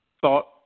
thought